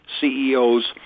CEOs